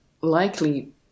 likely